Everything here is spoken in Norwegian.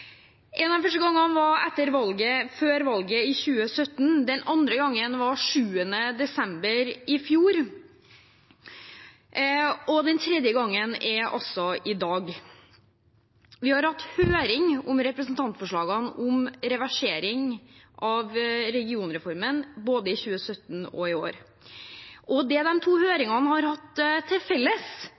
En av de første gangene var før valget i 2017, den andre gangen var 7. desember i fjor, og den tredje gangen er altså i dag. Vi har hatt høring om representantforslagene om reversering av regionreformen både i 2017 og i år, og det de to høringene har til felles,